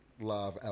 live